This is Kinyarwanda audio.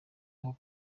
aho